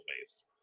face